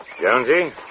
Jonesy